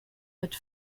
mit